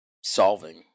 solving